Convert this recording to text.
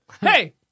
Hey